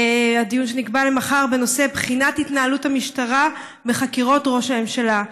הדיון שנקבע למחר בנושא בחינת התנהלות המשטרה בחקירות ראש הממשלה.